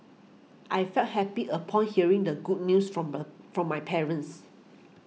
I felt happy upon hearing the good news from from my parents